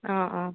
অ অ